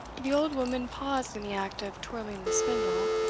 the old woman paused in the act of twirling the spindle,